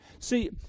See